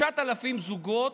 9,000 זוגות